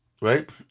right